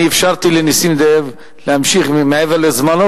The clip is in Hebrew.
אני אפשרתי לנסים זאב להמשיך מעבר לזמנו